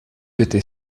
était